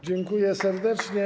Dziękuję serdecznie.